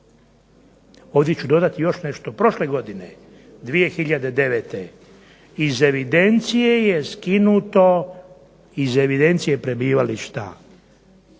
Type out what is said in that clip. Ovdje ću dodati još nešto. Prošle godine 2009. iz evidencije je skinuto, iz evidencije prebivališta